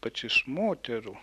kad iš moterų